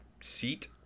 seat